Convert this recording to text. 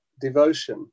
devotion